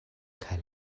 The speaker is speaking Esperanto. kaj